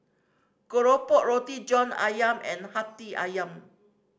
keropok Roti John Ayam and Hati Ayam